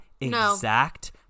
exact